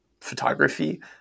photography